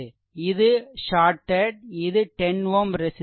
இது ஷார்டெட் இது 10 Ω ரெசிஸ்ட்டன்ஸ்